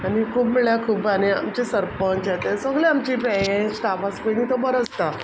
आनी खूब म्हणल्यार खूब आनी आमचे सरपंच सगळे आमची स्टाफ आसा पय न्ही तो बरो आसता